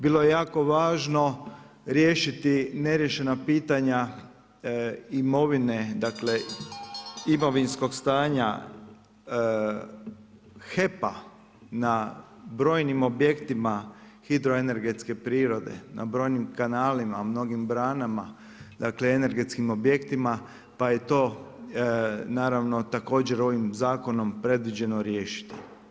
Bilo je jako važno riješiti neriješena pitanja imovine, imovinskog stanja HEP-a na brojnim objektima hidroenergetske prirode, na brojnim kanalima, mnogim branama, dakle energetskim objektima pa je to također ovim zakonom predviđeno riješiti.